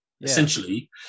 essentially